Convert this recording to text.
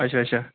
اچھا اچھا